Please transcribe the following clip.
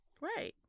Right